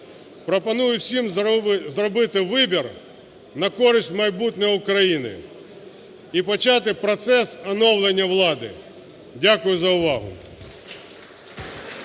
пропоную всім зробити вибір на користь майбутнього України, і почати процес оновлення влади. Дякую за увагу.